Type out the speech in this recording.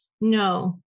No